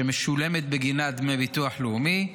שמשולמים בגינה דמי ביטוח לאומי,